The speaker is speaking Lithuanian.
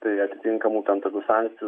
tai atitinkamų ten tokių sankcijų